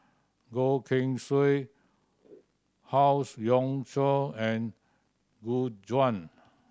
Goh Keng Swee Howe Yoon Chong and Gu Juan